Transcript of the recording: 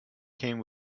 came